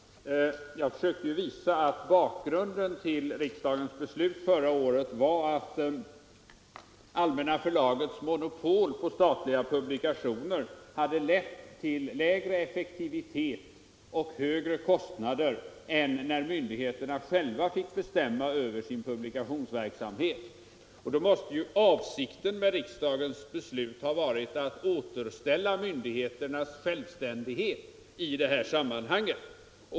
Fru talman! Jag försökte visa att bakgrunden till riksdagens beslut förra året var att Allmänna Förlagets monopol på statliga publikationer hade lett till lägre effektivitet och högre kostnader än när myndigheterna själva fick bestämma över sin publikationsverksamhet. Då måste ju avsikten med riksdagens beslut ha varit att återställa myndigheternas självständighet i det här sammanhanget.